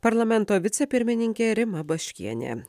parlamento vicepirmininkė rima baškienė